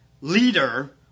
leader